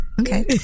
okay